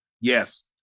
Yes